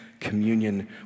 communion